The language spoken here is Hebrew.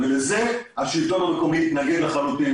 לזה השלטון המקומי מתנגד לחלוטין.